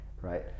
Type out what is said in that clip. right